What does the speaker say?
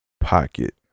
pocket